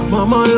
Mama